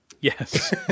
Yes